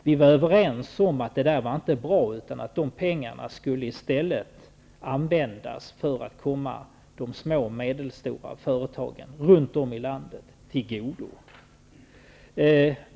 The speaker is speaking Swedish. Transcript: Vi var överens om att det inte var bra, utan att de pengarna i stället skulle komma de små och medelstora företagen runt om i landet till godo.